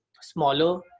smaller